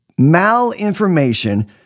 Malinformation